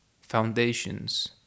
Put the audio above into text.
foundations